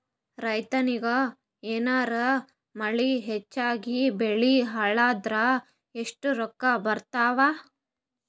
ರೈತನಿಗ ಏನಾರ ಮಳಿ ಹೆಚ್ಚಾಗಿಬೆಳಿ ಹಾಳಾದರ ಎಷ್ಟುರೊಕ್ಕಾ ಬರತ್ತಾವ?